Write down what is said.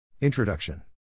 Introduction